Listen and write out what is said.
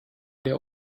der